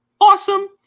awesome